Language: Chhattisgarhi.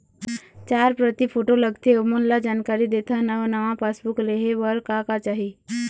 चार प्रति फोटो लगथे ओमन ला जानकारी देथन अऊ नावा पासबुक लेहे बार का का चाही?